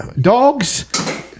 dogs